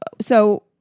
So-